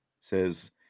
says